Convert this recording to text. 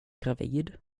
gravid